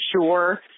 sure